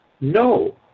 no